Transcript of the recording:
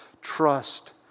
trust